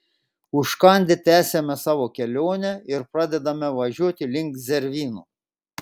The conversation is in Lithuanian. užkandę tęsiame savo kelionę ir pradedame važiuoti link zervynų